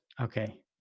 Okay